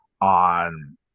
on